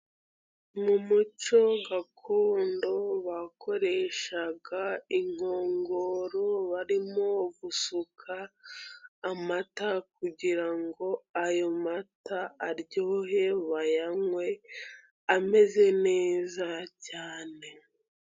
Mu muco gakondo bakoreshaga inkongoro barimo gusuka amata kugira ngo ayo mata aryohe, bayanywe ameze neza cyane.